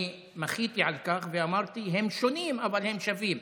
אני מחיתי על כך ואמרתי: הם שונים אבל הם שווים.